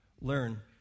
learn